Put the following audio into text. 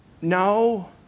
No